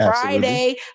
Friday